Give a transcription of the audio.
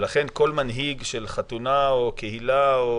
ולכן כל מנהיג של חתונה או קהילה או